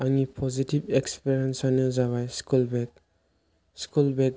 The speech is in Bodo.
आंनि पजिटिभ एक्सपिरियेन्सआनो जाबाय स्कुल बेग स्कुल बेग